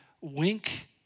wink